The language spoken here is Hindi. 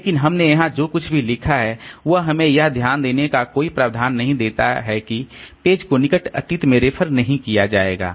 लेकिन हमने यहां जो कुछ भी लिखा है वह हमें यह ध्यान देने का कोई प्रावधान नहीं देता है कि पेज को निकट अतीत में रेफर नहीं किया गया है